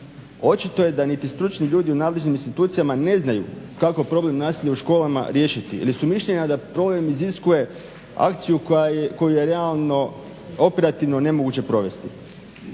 Očito je da niti stručni ljudi u nadležnim institucijama ne znaju kako problem nasilja u školama riješiti ili su mišljenja da problem iziskuje akciju koju je realno operativno nemoguće provesti.